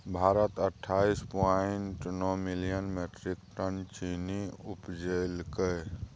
भारत अट्ठाइस पॉइंट नो million metric ton चीन्नी उपजेलकै